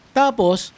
tapos